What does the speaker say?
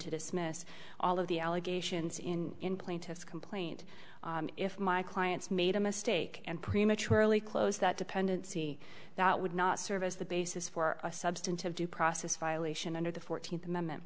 to dismiss all of the allegations in in plaintiff's complaint if my clients made a mistake and prematurely closed that dependency that would not serve as the basis for a substantive due process violation under the fourteenth amendment